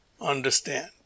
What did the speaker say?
understand